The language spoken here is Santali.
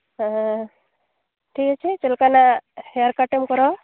ᱴᱷᱤᱠ ᱟᱪᱷᱮ ᱪᱮᱫ ᱞᱮᱠᱟᱱᱟᱜ ᱦᱮᱭᱟᱨ ᱠᱟᱴ ᱮᱢ ᱠᱚᱨᱟᱣᱟ